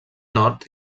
nord